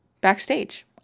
backstage